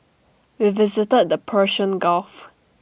we visited the Persian gulf